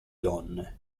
donne